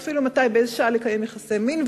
ואפילו מתי ובאיזו שעה לקיים יחסי מין,